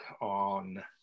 on